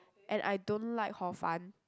and I don't like hor fun